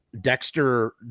Dexter